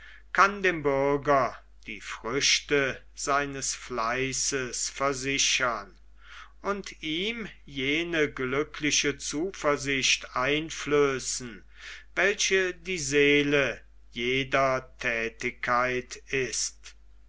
kann dem bürger die früchte seines fleißes versichern und ihm jene glückliche zuversicht einflößen welche die seele jeder thätigkeit ist